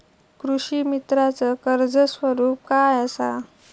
कृषीमित्राच कर्ज स्वरूप काय असा?